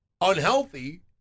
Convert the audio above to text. unhealthy